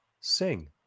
Sing